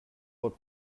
votre